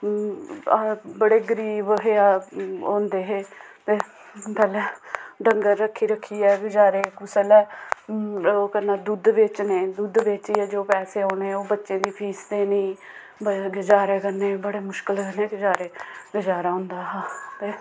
बड़े गरीब हे होंदे हे ते पैह्लें डंगर रक्खी रक्खियै गजारे कुसलै ओह् कन्नै दुद्ध बेचने दुद्ध बेचियै जो पैसे औने ओह् बच्चें दी फीस देनी गजारे कन्नै बड़े मुश्कल कन्नै गजारे गजारा होंदा हा ते